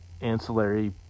ancillary